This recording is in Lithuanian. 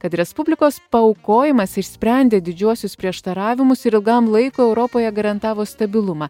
kad respublikos paaukojimas išsprendė didžiuosius prieštaravimus ir ilgam laikui europoje garantavo stabilumą